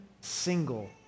single